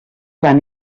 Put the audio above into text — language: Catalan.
van